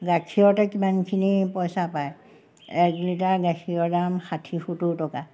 গাখীৰতে কিমানখিনি পইচা পায় এক লিটাৰ গাখীৰৰ দাম ষাঠি সত্তৰ টকা